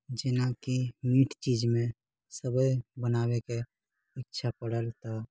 जेनाकि मीठ चीजमे सेवइ बनाबैके इच्छा पड़ल तऽ